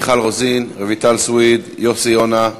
מיכל רוזין, רויטל סויד, יוסי יונה,